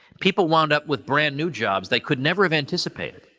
people wound up with brand new jobs they could never have anticipated.